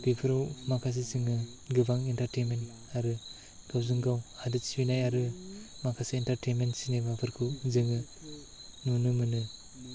बेफोराव माखासे जोङो गोबां इन्टारटेनमेन्ट आरो गावजों गाव हादोर सिबिनाय आरो माखासे इन्टारटेनमेन्ट सिनेमाफोरखौ जोङो नुनो मोनो